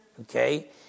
Okay